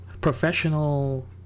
professional